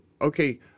Okay